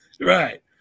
Right